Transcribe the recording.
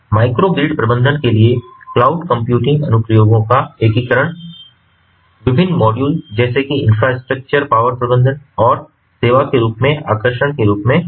micro grid प्रबंधन के लिए क्लाउड कंप्यूटिंग अनुप्रयोगों का एकीकरण विभिन्न मॉड्यूल जैसे कि इन्फ्रास्ट्रक्चर पावर प्रबंधन और सेवा के रूप में आकर्षण के रूप में काम आता है